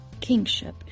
kingship